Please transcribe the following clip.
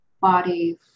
body